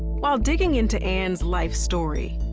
while digging into ann's life story,